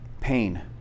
pain